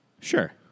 Sure